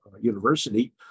University